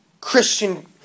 Christian